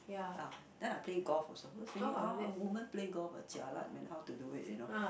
ah then I play golf also was thinking women play golf ah jialat man how to do it you know